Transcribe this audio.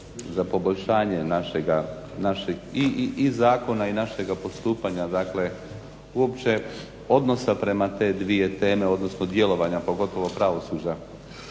za poboljšanje i zakona i našega postupanja dakle uopće odnosa prema te dvije teme, odnosno djelovanja pogotovo pravosuđa.